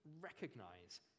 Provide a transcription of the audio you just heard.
recognize